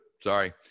sorry